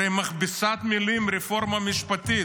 הרי מכבסת המילים "רפורמה משפטית"